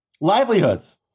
livelihoods